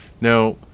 Now